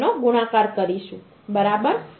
2 નો ગુણાકાર કરીશું બરાબર